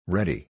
Ready